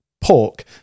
pork